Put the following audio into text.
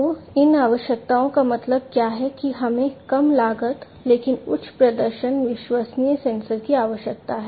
तो इन आवश्यकताओं का मतलब क्या है कि हमें कम लागत लेकिन उच्च प्रदर्शन विश्वसनीय सेंसर की आवश्यकता है